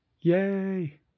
Yay